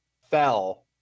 fell